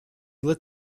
lit